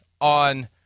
on